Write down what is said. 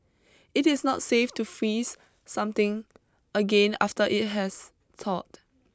it is not safe to freeze something again after it has thawed